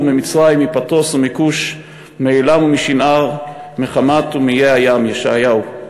וממצרים ומפתרוֹס ומכוש ומעילם ומשִנער ומחמת ומאיי הים" ישעיהו.